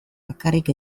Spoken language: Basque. bakarrik